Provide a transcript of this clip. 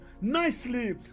nicely